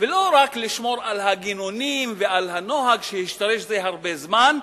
ולא רק לשמור על הגינונים ועל הנוהג שהשתרש זה הרבה זמן,